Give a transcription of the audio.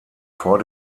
vor